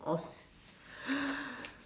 or s~